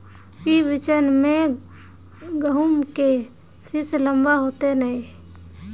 ई बिचन में गहुम के सीस लम्बा होते नय?